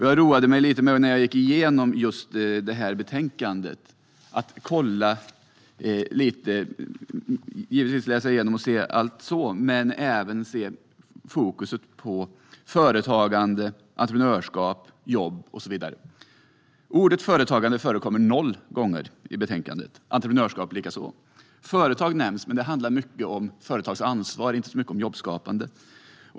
Jag har givetvis läst igenom hela betänkandet, men jag roade mig lite med att fokusera särskilt på företagande, entreprenörskap, jobb och så vidare. Ordet "företagande" förekommer noll gånger i betänkandet, "entreprenörskap" likaså. Företag nämns, men det handlar mycket om företags ansvar och inte så mycket om jobbskapande.